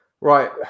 Right